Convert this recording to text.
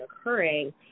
occurring